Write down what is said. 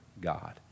God